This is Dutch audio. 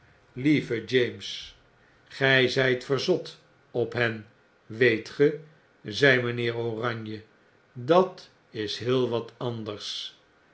lieve james gy zyt verzot op hen weet ge zei mynheer oranje dat is heel wat anders